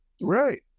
right